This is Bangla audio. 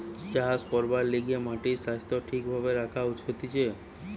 চাষ করবার লিগে মাটির স্বাস্থ্য ঠিক ভাবে রাখা হতিছে